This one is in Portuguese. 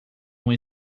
uma